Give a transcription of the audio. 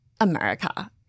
America